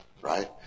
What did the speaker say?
right